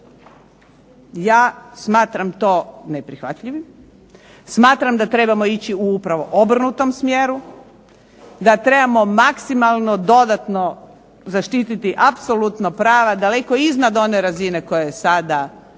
Ja smatram to neprihvatljivim, smatram da trebamo ići u upravo obrnutom smjeru, da trebamo maksimalno dodatno zaštiti apsolutno prava, daleko iznad one razine koja je sada ljudi